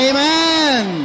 Amen